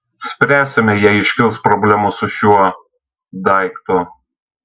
spręsime jei iškils problemų su šiuo daiktu